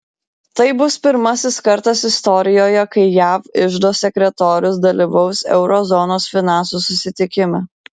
tai bus pirmasis kartas istorijoje kai jav iždo sekretorius dalyvaus euro zonos finansų susitikime